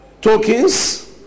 tokens